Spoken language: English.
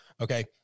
Okay